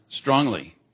strongly